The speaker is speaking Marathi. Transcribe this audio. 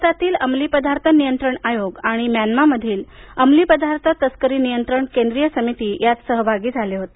भारतातील अंमली पदार्थ नियंत्रण आयोग आणि म्यानमामधील अंमली पदार्थ तस्करी नियंत्रण केंद्रीय समिती यात सहभागी झाले होते